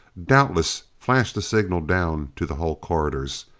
doubtless flashed a signal down to the hull corridors.